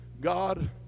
God